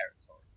territory